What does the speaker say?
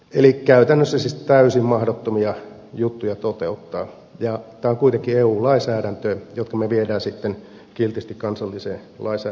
eli käytännössä siis täysin mahdottomia juttuja toteuttaa ja tämä on kuitenkin eu lainsäädäntöä jonka me viemme sitten kiltisti kansalliseen lainsäädäntöön mukaan